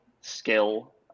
skill